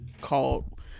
called